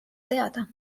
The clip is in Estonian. teada